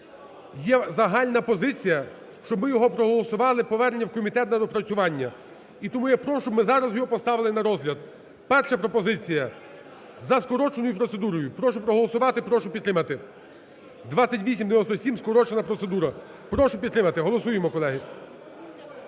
Є загальна позиція, щоб ми його проголосували повернення в комітет на доопрацювання. І тому я прошу, щоб ми зараз його поставили на розгляд. Перша пропозиція – за скороченою процедурою. Прошу проголосувати і прошу підтримати. 2897, скорочена процедура. Прошу підтримати. Голосуємо, колеги.